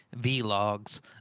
V-logs